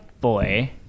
boy